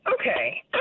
Okay